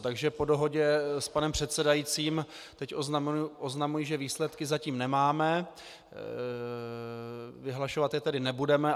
Takže po dohodě s panem předsedajícím teď oznamuji, že výsledky zatím nemáme, vyhlašovat je tedy nebudeme.